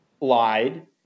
lied